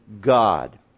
God